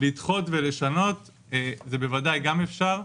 לדחות ולשנות זה בוודאי גם אפשר.